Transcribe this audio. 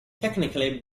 technically